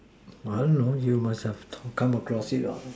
I don't know you must have come across it